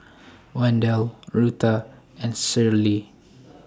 Wendel Rutha and Cicely